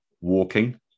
walking